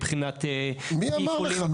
מבחינת --- מי אמר לך?